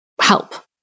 help